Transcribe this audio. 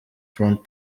front